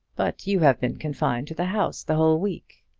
but you have been confined to the house the whole week.